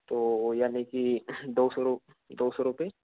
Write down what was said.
तो यानि की दो सौ दो सौ रूपये